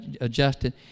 adjusted